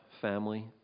family